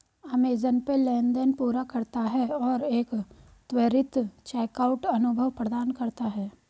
Amazon pay लेनदेन पूरा करता है और एक त्वरित चेकआउट अनुभव प्रदान करता है